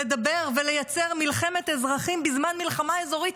לדבר ולייצר מלחמת אזרחים בזמן מלחמה אזורית,